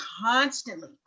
constantly